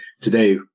today